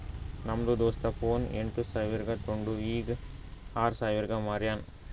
ನಮ್ದು ದೋಸ್ತ ಫೋನ್ ಎಂಟ್ ಸಾವಿರ್ಗ ತೊಂಡು ಈಗ್ ಆರ್ ಸಾವಿರ್ಗ ಮಾರ್ಯಾನ್